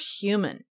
human